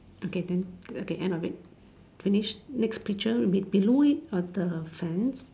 okay then at the end of it finish next picture below it of the fence